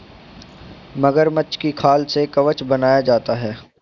मगरमच्छ की खाल से कवच बनाया जाता है